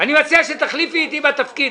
אני מציע שתחליפי איתי בתפקיד.